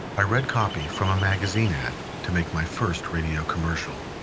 i read copy from a magazine ad to make my first radio commercial.